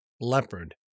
Leopard